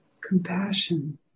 compassion